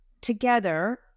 together